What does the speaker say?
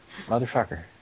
Motherfucker